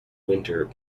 winter